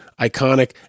iconic